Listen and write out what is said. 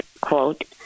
quote